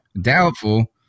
Doubtful